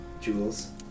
Jewels